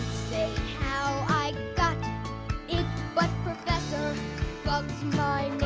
say how i got it but professor bug's my